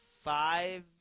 five